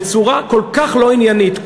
בצורה כל כך לא עניינית,